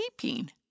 sleeping